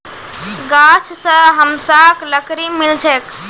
गाछ स हमसाक लकड़ी मिल छेक